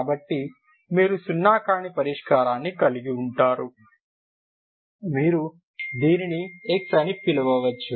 కాబట్టి మీరు సున్నా కాని పరిష్కారాన్ని కలిగి ఉంటారు మీరు దీనిని X అని పిలవవచ్చు